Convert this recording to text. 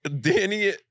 Danny